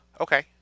Okay